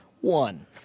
one